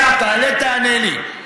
אדוני השר, תעלה, תענה לי.